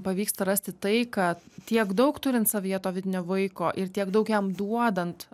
pavyksta rasti tai kad tiek daug turin savyje to vidinio vaiko ir tiek daug jam duodant